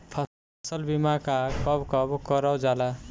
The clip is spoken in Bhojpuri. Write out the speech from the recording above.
फसल बीमा का कब कब करव जाला?